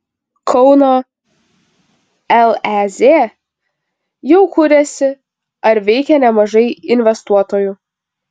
kauno lez jau kuriasi ar veikia nemažai investuotojų